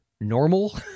normal